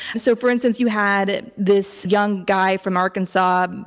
so for instance, you had this young guy from arkansas, um